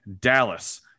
Dallas